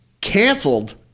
canceled